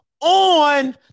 on